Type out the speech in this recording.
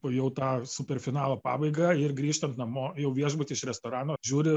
po jau tą superfinalo pabaigą ir grįžtant namo jau viešbutį iš restorano žiūri